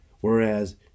Whereas